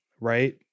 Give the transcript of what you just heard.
right